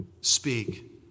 speak